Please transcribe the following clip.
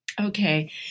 Okay